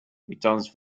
returns